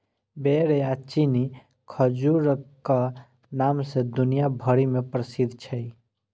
बेर या चीनी खजूरक नाम सं दुनिया भरि मे प्रसिद्ध छै